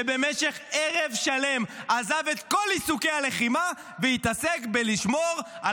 שבמשך ערב שלם עזב את כל עיסוקי הלחימה והתעסק בלשמור על